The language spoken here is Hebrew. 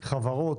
חברות,